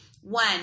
One